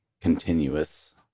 continuous